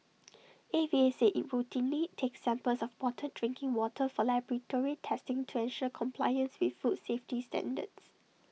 A V A said IT routinely takes samples of bottled drinking water for laboratory testing to ensure compliance with food safety standards